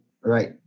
Right